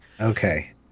okay